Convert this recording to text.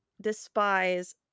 despise